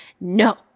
No